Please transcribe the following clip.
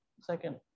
second